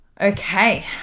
Okay